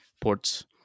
ports